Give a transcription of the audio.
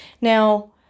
now